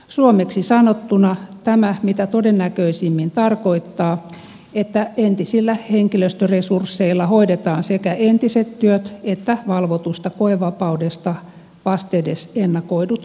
suomeksi sanottuna tämä mitä todennäköisimmin tarkoittaa että entisillä henkilöstöresursseilla hoidetaan sekä entiset työt että valvotusta koevapaudesta vastedes ennakoidut lisätyöt